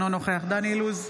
אינו נוכח דן אילוז,